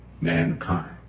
mankind